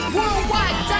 Worldwide